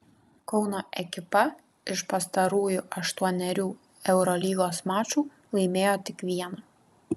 kauno ekipa iš pastarųjų aštuonerių eurolygos mačų laimėjo tik vieną